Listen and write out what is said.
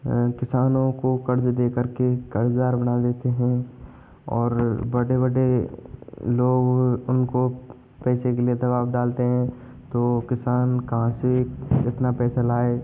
किसानों को क़र्ज़ देकर के क़र्ज़दार बना देते हैं और बड़े बड़े लोग उनको पैसे के लिए दबाव डालते हैं तो किसान कहाँ से इतना पैसा लाए